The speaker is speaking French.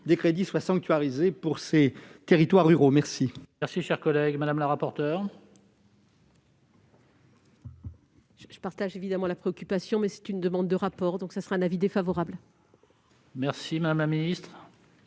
des crédits soient sanctuarisés pour ces territoires ruraux. Quel